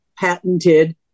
patented